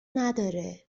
نداره